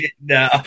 No